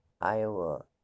Iowa